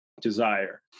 desire